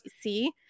see